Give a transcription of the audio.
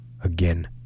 again